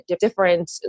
different